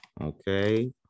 okay